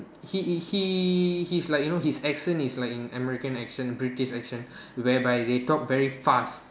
he is he he's like you know his accent is like American accent British accent whereby they talk very fast